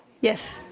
Yes